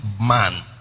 man